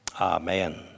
Amen